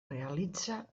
realitza